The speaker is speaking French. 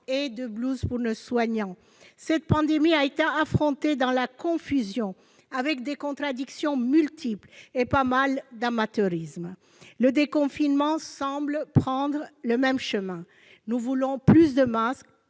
et de blouses pour nos soignants. Cette pandémie a été affrontée dans la confusion, avec des contradictions multiples et pas mal d'amateurisme. Le déconfinement semble prendre le même chemin. Nous voulons plus de masques,